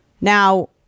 now